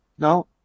No